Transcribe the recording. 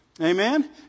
Amen